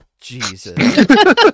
Jesus